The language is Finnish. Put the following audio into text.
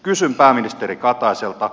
kysyn pääministeri kataiselta